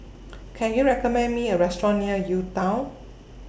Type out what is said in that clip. Can YOU recommend Me A Restaurant near UTown